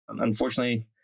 unfortunately